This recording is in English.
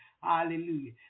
Hallelujah